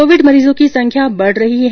Covid मरीजों की संख्या बढ़ रही है